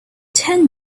ten